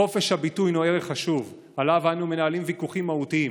חופש הביטוי הוא ערך חשוב ועליו אנו מנהלים ויכוחים מהותיים,